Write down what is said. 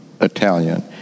Italian